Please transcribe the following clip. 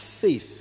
faith